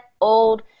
old